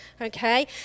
okay